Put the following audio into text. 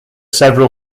several